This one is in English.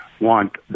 want